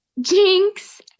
jinx